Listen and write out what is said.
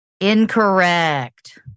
Incorrect